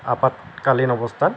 আপাতকালীন অৱস্থাত